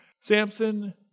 Samson